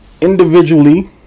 individually